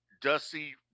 Dusty